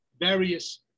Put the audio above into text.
various